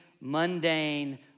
mundane